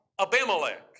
Abimelech